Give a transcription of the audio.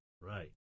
Right